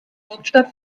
hauptstadt